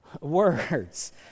Words